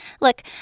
Look